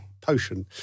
potion